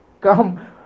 come